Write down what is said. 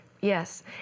Yes